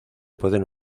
pueden